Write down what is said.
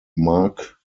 mark